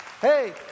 hey